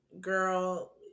girl